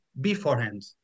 beforehand